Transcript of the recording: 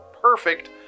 perfect